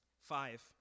Five